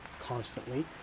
constantly